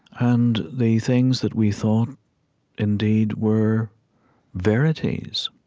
and the things that we thought indeed were verities,